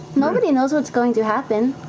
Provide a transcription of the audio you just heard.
nobody knows what's going to happen.